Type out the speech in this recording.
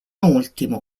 ultimo